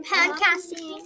Podcasting